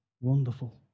Wonderful